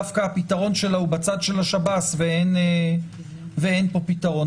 דווקא הפתרון שלה הוא בצד של שב"ס ואין פה פתרון.